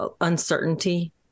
uncertainty